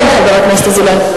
כן, חבר הכנסת אזולאי.